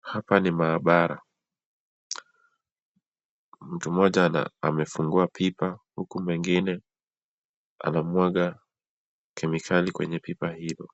Hapa ni maabara, mtu mmoja amefungua pipa, huku mwingine anamwaga kemikali kwenye pipa hilo,